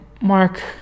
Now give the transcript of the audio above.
Mark